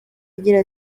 agira